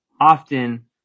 often